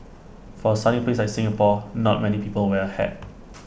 for A sunny place like Singapore not many people wear A hat